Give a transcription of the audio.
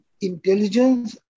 Intelligence